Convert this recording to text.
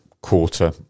quarter